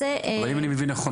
אבל אם אני מבין נכון,